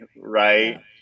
right